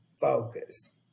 focus